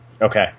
Okay